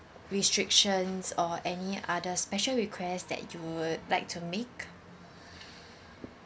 restrictions or any other special request that you would like to make